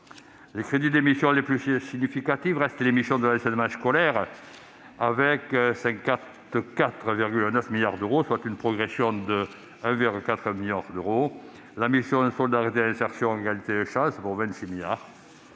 Les crédits des missions les plus significatifs restent ceux de la mission « Enseignement scolaire », avec 54,9 milliards d'euros, soit une progression de 1,4 milliard d'euros, de la mission « Solidarité, insertion et égalité des chances », pour 26 milliards